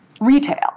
retail